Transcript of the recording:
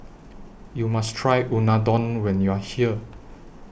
YOU must Try Unadon when YOU Are here